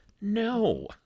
No